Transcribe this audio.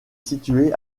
située